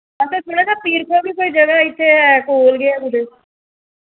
असें सुने दा पीर खोह् बी कोई ज'गा इत्थै ऐ कौल गै ऐ कुतै